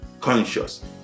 conscious